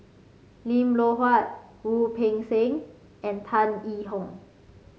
Lim Loh Huat Wu Peng Seng and Tan Yee Hong